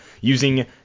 using